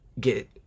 get